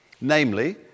Namely